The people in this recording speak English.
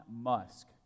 Musk